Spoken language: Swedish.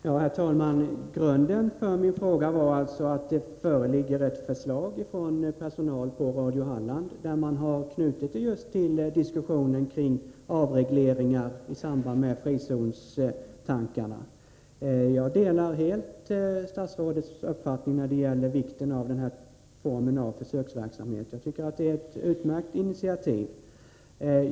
Herr talman! Bakgrunden till min fråga var alltså ett förslag från personalen på Radio Halland. Man har knutit det hela till diskussionerna om avregleringar i samband med kommunala frizoner. Jag delar helt statsrådet Göranssons uppfattning när det gäller vikten av den här formen av försöksverksamhet. Jag tycker att det är utomordentligt bra initiativ.